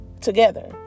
together